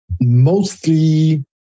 mostly